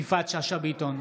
יפעת שאשא ביטון,